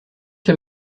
für